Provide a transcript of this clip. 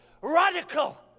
radical